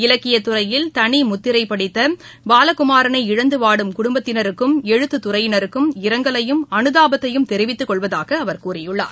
இலக்கியத் துறையில் தனி முத்திரை படைத்த பாலகுமாரனை இழந்து வாடும் குடும்பத்தினருக்கும் எழுத்தத் துறையினருக்கும் இரங்கலையும் அனுதாபத்தையும் தெரிவித்துக்கொள்வதாக அவர் கூறியுள்ளார்